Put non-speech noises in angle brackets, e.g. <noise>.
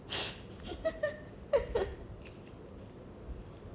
<breath> <laughs>